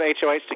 HOH